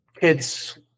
kid's